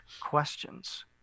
questions